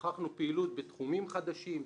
הוכחנו פעילות בתחומים חדשים,